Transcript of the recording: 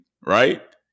Right